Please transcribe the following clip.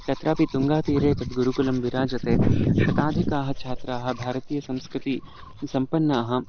तत्रापि तुङ्गातीरे तद्गुरुकुलं विराजते शताधिकाः छात्राः भारतीयसंस्कृतिसम्पन्नाः